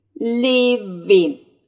living